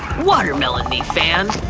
watermelon me, fan!